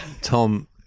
Tom